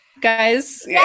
guys